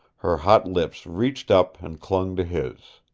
her hot lips reached up and clung to his.